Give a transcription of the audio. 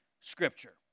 Scripture